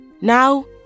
Now